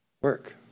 work